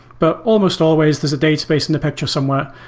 but almost always, there's a database in the picture somewhere,